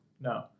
No